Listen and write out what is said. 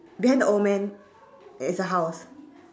behind the old man is a house